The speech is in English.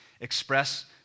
express